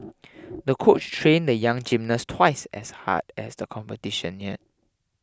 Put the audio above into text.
the coach trained the young gymnast twice as hard as the competition neared